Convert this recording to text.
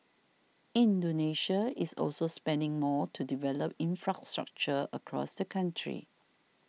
Indonesia is also spending more to develop infrastructure across the country